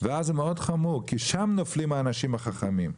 ואז זה מאוד חמור, כי שם נופלים האנשים החכמים.